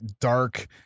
dark